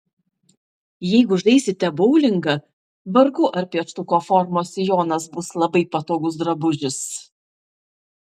jeigu žaisite boulingą vargu ar pieštuko formos sijonas bus labai patogus drabužis